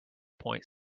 point